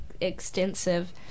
extensive